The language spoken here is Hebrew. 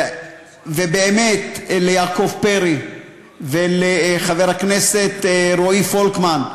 ובאמת ליעקב פרי ולחבר הכנסת רועי פולקמן.